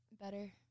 better